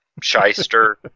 shyster